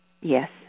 Yes